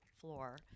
floor